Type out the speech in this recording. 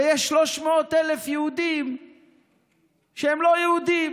ויש 300,000 יהודים שהם לא יהודים,